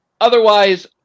Otherwise